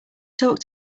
talk